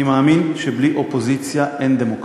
אני מאמין שבלי אופוזיציה אין דמוקרטיה,